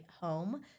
home